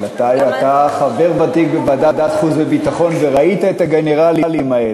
אבל אתה חבר ותיק בוועדת חוץ וביטחון וראית את הגנרלים האלה.